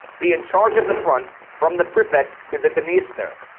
be in charge of the front from the pripet to the dniester.